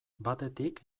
batetik